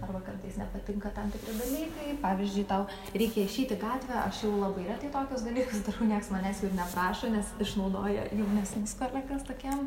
arba kartais nepatinka tam tikri dalykai pavyzdžiui tau reikia išeit į gatvę aš jau labai retai tokius dalykus darau nieks manęs jų ir neprašo nes išnaudoja jaunesnius kolegas tokiem